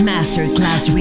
Masterclass